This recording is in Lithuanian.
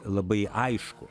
labai aišku